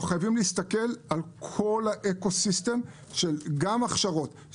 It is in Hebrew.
אנחנו חייבים להסתכל על כל האקוסיסטם גם הכשרות,